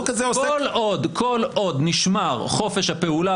כל עוד נשמר חופש הפעולה,